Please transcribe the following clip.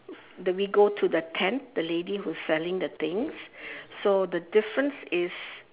then we go to the tent the lady who is selling the things so the difference is